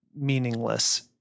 meaningless